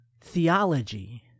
theology